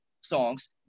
songs